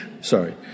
Sorry